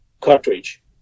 cartridge